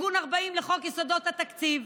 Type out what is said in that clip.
תיקון 40 לחוק יסודות התקציב,